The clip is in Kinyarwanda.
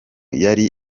yari